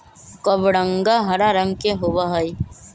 कबरंगा हरा रंग के होबा हई